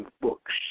books